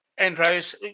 Andreas